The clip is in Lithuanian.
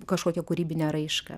kažkokią kūrybinę raišką